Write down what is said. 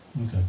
okay